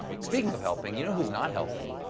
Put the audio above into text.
speaking of helping, you know who's not helping?